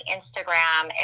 Instagram